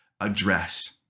address